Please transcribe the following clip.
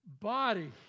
body